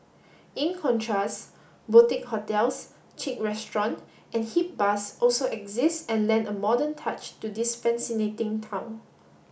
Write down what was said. in contrast boutique hotels chic restaurant and hip bars also exist and lend a modern touch to fasinating town